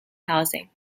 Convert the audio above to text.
housing